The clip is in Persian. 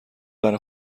برا